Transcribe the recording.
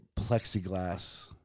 plexiglass